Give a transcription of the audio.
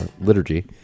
liturgy